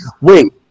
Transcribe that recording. wait